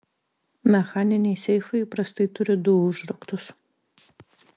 mechaniniai seifai įprastai turi du užraktus